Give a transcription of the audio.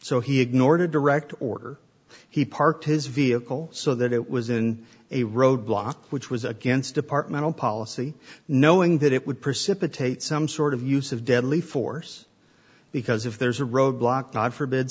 so he ignored a direct order he parked his vehicle so that it was in a roadblock which was against departmental policy knowing that it would precipitate some sort of use of deadly force because if there's a roadblock god forbid